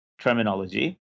terminology